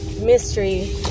mystery